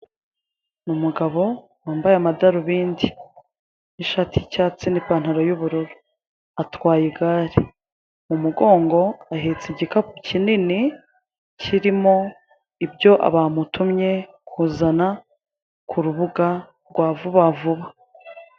Umugabo wambaye amadarubindi n'ishati y'icyatsi n'ipantaro y'ubururu atwaye igare mu mugongo ahetse igikapu kinini kirimo ibyo bamutumye kuzana ku rubuga rwa vuba vuba.